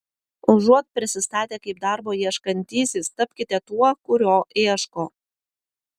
užuot prisistatę kaip darbo ieškantysis tapkite tuo kurio ieško